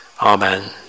Amen